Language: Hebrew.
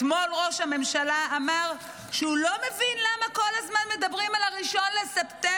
אתמול ראש הממשלה אמר שהוא לא מבין למה כל הזמן מדברים על 1 בספטמבר,